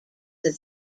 that